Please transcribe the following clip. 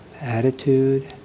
attitude